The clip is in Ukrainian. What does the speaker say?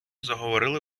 заговорили